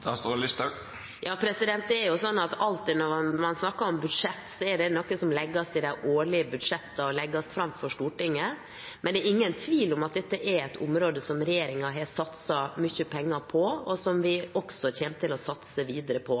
Det er sånn at alltid når man snakker om slike midler, er det noe som legges inn i de årlige budsjettene, og legges fram for Stortinget, men det er ingen tvil om at dette er et område regjeringen har satset mye penger på, og som vi også kommer til å satse videre på.